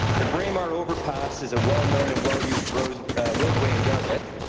the braemar overpass is a well known and well used roadway roadway in dartmouth.